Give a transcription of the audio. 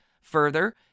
Further